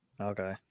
Okay